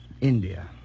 India